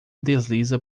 desliza